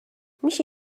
میشه